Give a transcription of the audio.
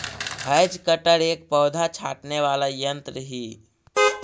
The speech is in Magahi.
हैज कटर एक पौधा छाँटने वाला यन्त्र ही